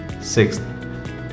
Sixth